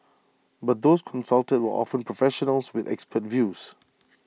but those consulted were often professionals with expert views